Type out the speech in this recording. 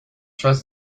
trust